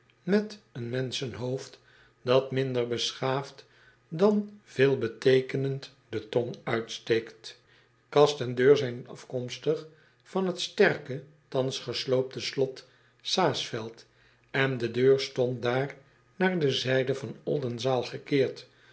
met een menschenhoofd dat minder beschaafd dan veelbeteekenend de tong uitsteekt ast en deur zijn afkomstig van het sterke thans gesloopte slot aesveld en de deur stond daar naar de zijde van ldenzaal gekeerd